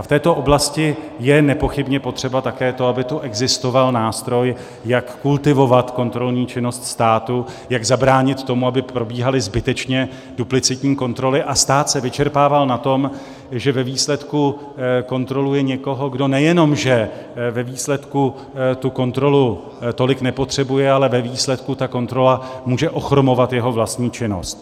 A v této oblasti je nepochybně potřeba také to, aby tu existoval nástroj, jak kultivovat kontrolní činnost státu, jak zabránit tomu, aby probíhaly zbytečně duplicitní kontroly a stát se vyčerpával na tom, že ve výsledku kontroluje někoho, kdo nejenom že ve výsledku tu kontrolu tolik nepotřebuje, ale ve výsledku ta kontrola může ochromovat jeho vlastní činnost.